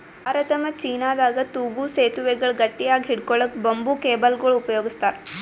ಭಾರತ ಮತ್ತ್ ಚೀನಾದಾಗ್ ತೂಗೂ ಸೆತುವೆಗಳ್ ಗಟ್ಟಿಯಾಗ್ ಹಿಡ್ಕೊಳಕ್ಕ್ ಬಂಬೂ ಕೇಬಲ್ಗೊಳ್ ಉಪಯೋಗಸ್ತಾರ್